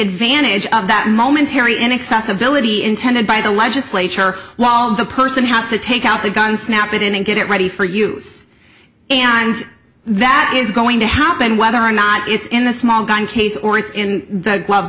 advantage of that momentary inaccessibility intended by the legislature while the person has to take out the gun snap it in and get it ready for use and that is going to happen whether or not it's in the small gun case or it's in the glove